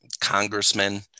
congressmen